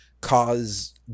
cause